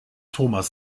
thomas